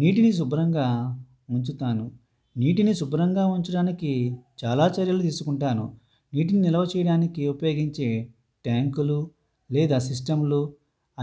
నీటిని శుభ్రంగా ఉంచుతాను నీటిని శుభ్రంగా ఉంచడానికి చాలా చర్యలు తీసుకుంటాను నీటిని నిల్వ చేయడానికి ఉపయోగించే ట్యాంకులు లేదా సిస్టంలు